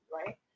right